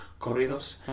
corridos